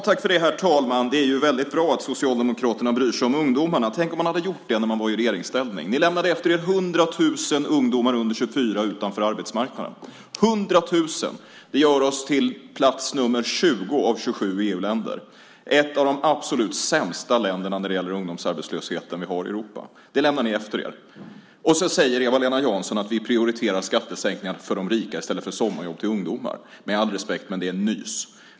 Herr talman! Det är väldigt bra att Socialdemokraterna bryr sig om ungdomarna. Tänk om man hade gjort det när man var i regeringsställning. Ni lämnade efter er 100 000 ungdomar under 24 år som stod utanför arbetsmarknaden. Det gör att vi hamnar på plats nr 20 av 27 EU-länder. Det gör oss till ett av de absolut sämsta länderna när det gäller den ungdomsarbetslöshet som vi har i Europa. Det lämnade ni efter er. Sedan säger Eva-Lena Jansson att vi prioriterar skattesänkningar för de rika i stället för sommarjobb till ungdomar. Med all respekt: Det är nys.